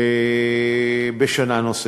בשנה נוספת.